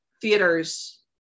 theaters